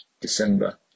December